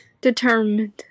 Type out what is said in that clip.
Determined